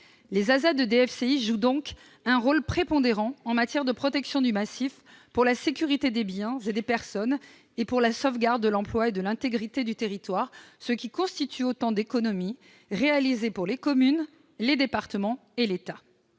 Les ASA de DFCI jouent donc un rôle prépondérant en matière de protection du massif pour la sécurité des biens et des personnes et pour la sauvegarde de l'emploi et de l'intégrité du territoire, ce qui constitue autant d'économies réalisées pour les communes, les départements et l'État.